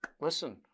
listen